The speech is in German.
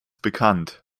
bekannt